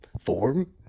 form